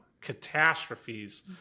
catastrophes